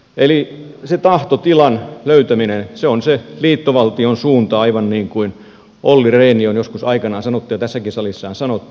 eli se tahtotilan löytäminen se on se liittovaltion suunta aivan niin kuin olli rehn on joskus aikanaan sanonut ja tässäkin salissa on sanottu